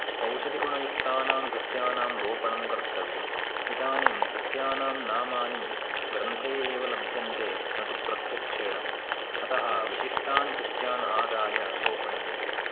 औषधिगुणयुक्तानां सस्यानाम् रोपणं कर्तव्यम् इदानीं सस्यानां नामानि ग्रन्थे एव लभ्यन्ते न तु प्रत्यक्षेण अतः विशिष्टान् सस्यान् आदाय रोपणीयम्